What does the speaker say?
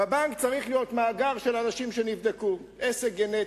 בבנק צריך להיות מאגר של אנשים שנבדקו, עסק גנטי.